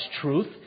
truth